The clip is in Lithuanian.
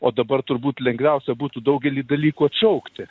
o dabar turbūt lengviausia būtų daugelį dalykų atšaukti